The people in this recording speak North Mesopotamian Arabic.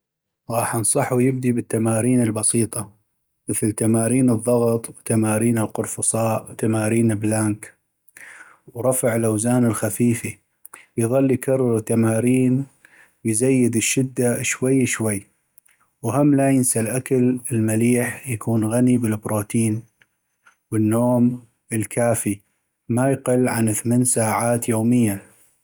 غاح انصحو يبدي بالتمارين البسيطه مثل تمارين الضغط وتمارين القرفصاء وتمارين البلانك ورفع الاوزان الخفيفي و يظل يكرر التمارين ويزيد الشده شوي شوي وهم لا ينسى الاكل المليح يكون غني بالبروتين والنوم الكافي ما يقل عن أثمن ساعات يومياً